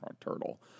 turtle